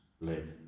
live